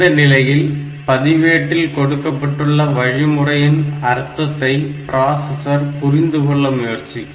இந்த நிலையில் பதிவேட்டில் கொடுக்கப்பட்டுள்ள வழிமுறையின் அர்த்தத்தை பிராசஸர் புரிந்துகொள்ள முயற்சிக்கும்